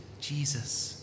Jesus